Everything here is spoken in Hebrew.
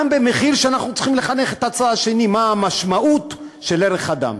גם במחיר שאנחנו צריכים לחנך את הצד השני מה המשמעות של ערך אדם,